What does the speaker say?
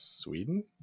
Sweden